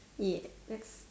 ya let's